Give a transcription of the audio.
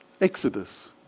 Exodus